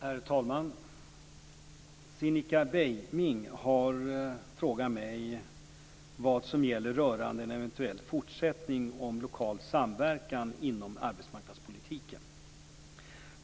Herr talman! Cinnika Beiming har frågat mig vad som gäller för en eventuell fortsättning av lokal samverkan inom arbetsmarknadspolitiken.